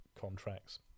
contracts